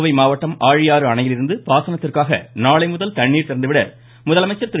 கோவை மாவட்டம் ஆழியாறு அணையிலிருந்து பாசனத்திற்காக நாளைமுதல் தண்ணீர் திறந்துவிட முதலமைச்சர் திரு